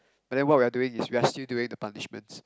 but then what we're doing is we're still doing the punishments